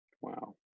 Wow